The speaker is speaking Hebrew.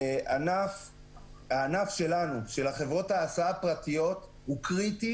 הענף שלנו, של חברות ההסעה הפרטיות, הוא קריטי